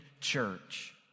church